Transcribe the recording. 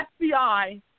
FBI